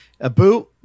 abu